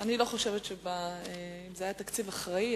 אם זה היה תקציב אחראי,